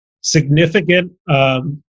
significant